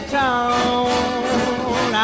town